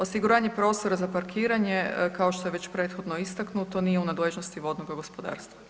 Osiguranje prostora za parkiranje kao što je već prethodno istaknuto nije u nadležnosti vodnoga gospodarstva.